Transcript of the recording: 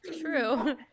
true